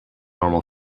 normal